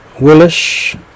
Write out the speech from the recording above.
Willis